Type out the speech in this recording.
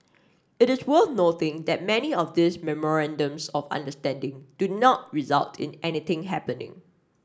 it is worth noting that many of these memorandums of understanding do not result in anything happening